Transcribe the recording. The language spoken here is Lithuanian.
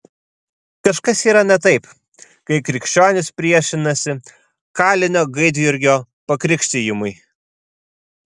kažkas yra ne taip kai krikščionys priešinasi kalinio gaidjurgio pakrikštijimui